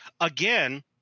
Again